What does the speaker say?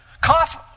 coffee